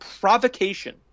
provocation